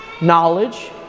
knowledge